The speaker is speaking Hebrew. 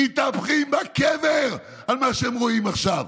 מתהפכים בקבר על מה שהם רואים עכשיו.